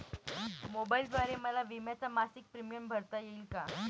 मोबाईलद्वारे मला विम्याचा मासिक प्रीमियम भरता येईल का?